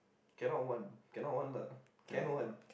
cannot one cannot one lah can one